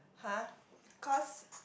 !huh! cause